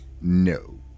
No